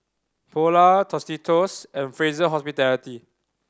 Polar Tostitos and Fraser Hospitality